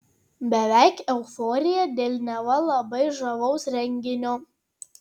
beveik euforija dėl neva labai žavaus renginio